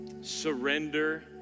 surrender